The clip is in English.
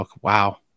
Wow